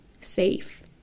safe